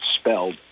spelled